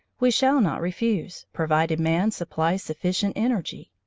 we shall not refuse, provided man supplies sufficient energy,